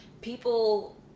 People